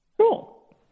Cool